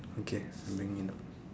okay I'm bringing it down